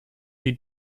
die